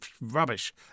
rubbish